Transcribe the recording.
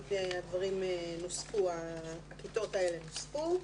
הדברים נוסחו והכיתות האלה נוספו.